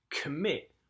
Commit